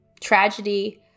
Tragedy